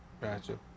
Gotcha